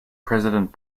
president